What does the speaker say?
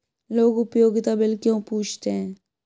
लोग उपयोगिता बिल क्यों पूछते हैं?